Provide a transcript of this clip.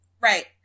Right